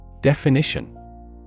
Definition